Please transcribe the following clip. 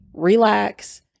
relax